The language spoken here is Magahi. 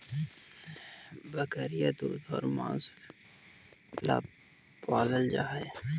बकरियाँ दूध और माँस ला पलाल जा हई